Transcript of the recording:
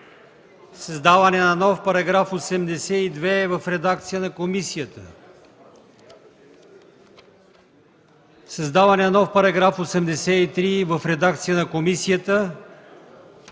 създаване на нов § 82 в редакция на комисията; създаване на нов § 83 в редакция на комисията;